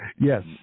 Yes